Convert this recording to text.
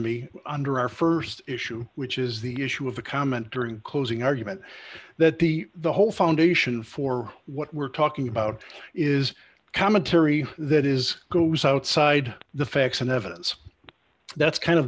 me under our st issue which is the issue of the comment during closing argument that the the whole foundation for what we're talking about is commentary that is goes outside the facts and evidence that's kind